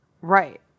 Right